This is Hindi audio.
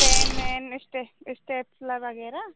पेन वेन इस्टे इस्टेप्स्लर वगैरह